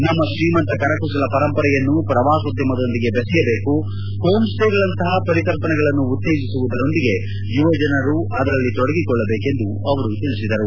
ನಮ್ನ ಶ್ರೀಮಂತ ಕರಕುಶಲ ಪರಂಪರೆಯನ್ನು ಪ್ರವಾಸೋದ್ಭಮದೊಂದಿಗೆ ಬೆಸೆಯಬೇಕು ಹೋಮ್ ಸ್ವೇ ಗಳಂತಹ ಪರಿಕಲ್ಪನೆಗಳನ್ನು ಉತ್ತೇಜಿಸುವುದರೊಂದಿಗೆ ಯುವ ಜನರು ಇದರಲ್ಲಿ ತೊಡಗಿಕೊಳ್ಳಬೇಕೆಂದು ಅವರು ತಿಳಿಸಿದರು